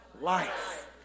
life